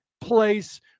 place